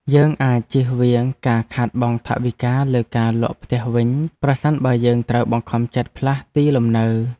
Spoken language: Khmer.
យើងអាចជៀសវាងការខាតបង់ថវិកាលើការលក់ផ្ទះវិញ ប្រសិនបើយើងត្រូវបង្ខំចិត្តផ្លាស់ទីលំនៅ។